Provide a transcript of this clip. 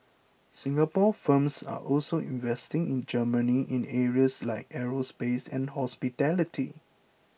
Singapore firms are also investing in Germany in areas like aerospace and hospitality